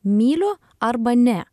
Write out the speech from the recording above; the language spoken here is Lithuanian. myliu arba ne